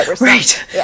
Right